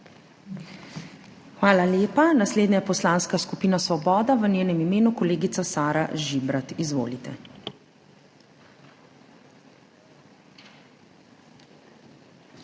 Hvala lepa. Naslednja je Poslanska skupina Svoboda. V njenem imenu kolegica Sara Žibrat. Izvolite.